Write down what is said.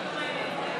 מצביע אופיר כץ,